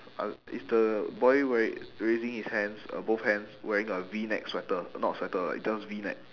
I'll is the boy rai~ raising his hands uh both hands wearing a V-neck sweater uh not a sweater like just V-neck